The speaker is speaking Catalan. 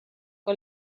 que